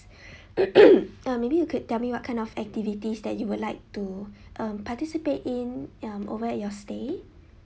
um maybe you could tell me what kind of activities that you would like to um participate in um over at your stay